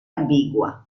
ambigua